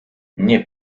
nie